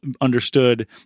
understood